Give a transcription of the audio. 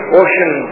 ocean